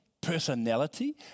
personality